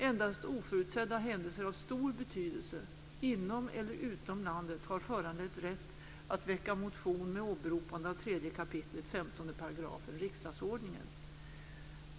Endast oförutsedda händelser av stor betydelse inom eller utom landet har föranlett rätt att väcka motion med åberopande av 3 kap. 15 § riksdagsordningen.